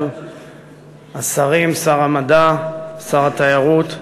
השרים, שר המדע ושר התיירות,